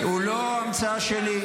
-- הוא לא המצאה שלי,